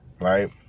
right